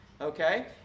okay